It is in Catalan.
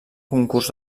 concurs